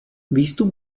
výstup